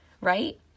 right